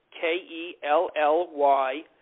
K-E-L-L-Y